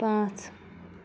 پانٛژھ